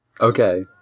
Okay